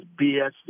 BS